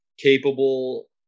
capable